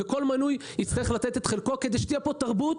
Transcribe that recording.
וכל מנוי יצטרך לתת את חלקו כדי שתהיה פה תרבות